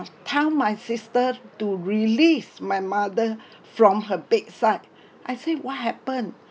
tell my sister to release my mother from her bedside I said what happened